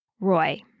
Roy